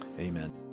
Amen